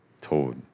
told